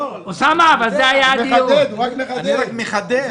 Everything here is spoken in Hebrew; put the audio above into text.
אני רק מחדד.